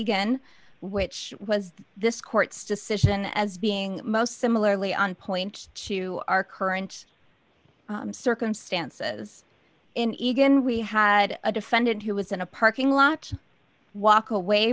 an which was this court's decision as being most similarly on point to our current circumstances in eagan we had a defendant who was in a parking lot walk away